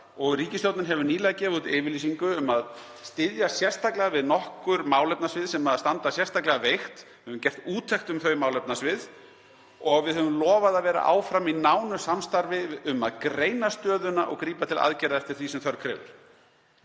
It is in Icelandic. Ríkisstjórnin hefur nýlega gefið út yfirlýsingu um að styðja sérstaklega við nokkur málefnasvið sem standa sérstaklega veikt, við höfum gert úttekt á þeim málefnasviðum, (Forseti hringir.) og við höfum lofað að vera áfram í nánu samstarfi um að greina stöðuna og grípa til aðgerða eftir því sem þörf krefur.